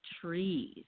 trees